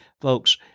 folks